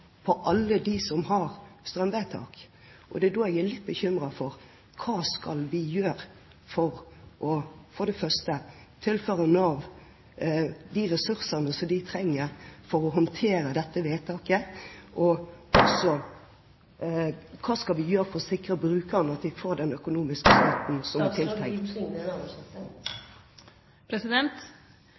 alle dem som har strømvedtak. Det er da jeg er litt bekymret for hva vi skal gjøre for for det første å tilføre Nav de ressursene de trenger for å håndtere dette vedtaket, og også hva vi skal gjøre for å sikre brukerne at de får den økonomiske støtten som